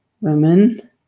women